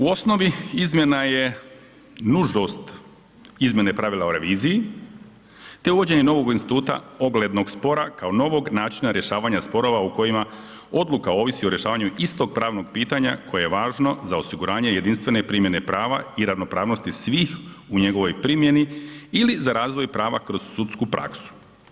U osnovi, izmjena je nužnost izmjene pravila o reviziji te uvođenje novog instituta oglednog spora kao novog načina rješavanja sporova u kojima odluka ovisi o rješavanju istog pravnog pitanja koje je važno za osiguranje jedinstvene primjene prava i ravnopravnosti svih u njegovoj primjeni ili za razvoj prava kroz sudsku praksu.